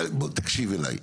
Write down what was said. אז בוא תקשיב אליי.